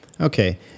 Okay